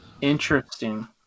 Interesting